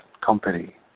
Company